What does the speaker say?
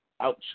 Ouch